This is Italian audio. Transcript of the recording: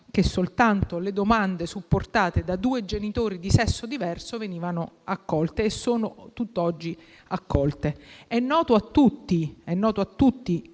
che soltanto le domande supportate da due genitori di sesso diverso venivano accolte e sono tutt'oggi accolte. È noto a tutti,